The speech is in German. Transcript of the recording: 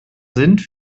sind